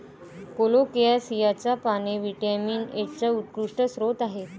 कोलोकेसियाची पाने व्हिटॅमिन एचा उत्कृष्ट स्रोत आहेत